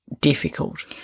difficult